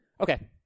okay